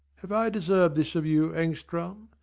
have i deserved this of you, engstrand?